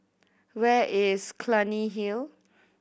where is Clunny Hill